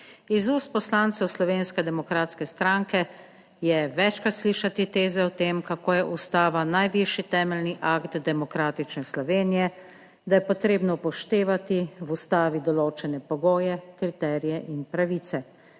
Iz ust poslancev Slovenske demokratske stranke je večkrat slišati teze o tem, kako je Ustava najvišji temeljni akt demokratične Slovenije, da je potrebno upoštevati v Ustavi določene pogoje, kriterije in pravice.